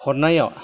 हरनायाव